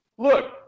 Look